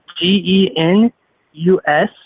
G-E-N-U-S